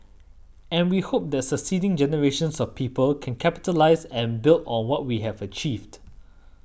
and we hope that succeeding generations of people can capitalise and build on what we have achieved